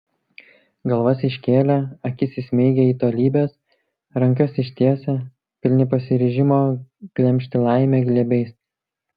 galvas iškėlę akis įsmeigę į tolybes rankas ištiesę pilni pasiryžimo glemžti laimę glėbiais